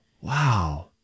Wow